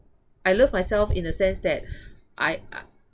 I love myself in the sense that I